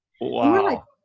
Wow